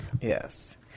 Yes